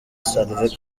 sylvain